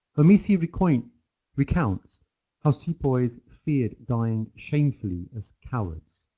omissi recounts recounts how sepoys feared dying shamefully as cowards.